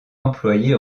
employés